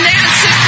Nancy